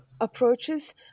approaches